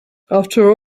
after